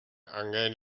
angen